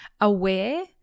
aware